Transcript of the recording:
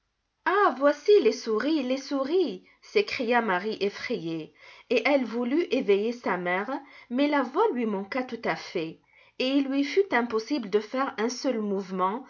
ah voici les souris les souris s'écria marie effrayée et elle voulu éveiller sa mère mais la voix lui manqua tout à fait et il lui fut impossible de faire un seul mouvement